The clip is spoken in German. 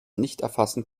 nichterfassen